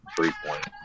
three-point